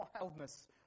wildness